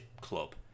club